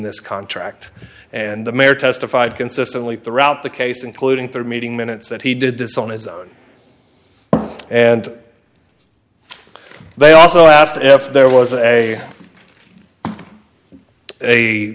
this contract and the mayor testified consistently throughout the case including through meeting minutes that he did this on his own and they also asked if there was a a